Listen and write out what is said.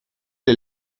est